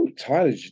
tyler